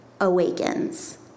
Awakens